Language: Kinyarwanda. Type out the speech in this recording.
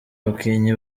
abakinnyi